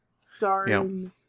starring